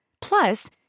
Plus